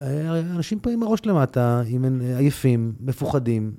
האנשים פה הם מראש למטה, הם עייפים, מפוחדים.